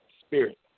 spirit